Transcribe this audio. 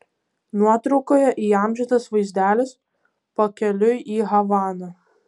nuotraukoje įamžintas vaizdelis pakeliui į havaną